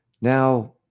Now